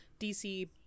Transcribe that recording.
DC